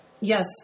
Yes